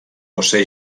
josé